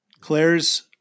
Claire's